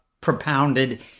propounded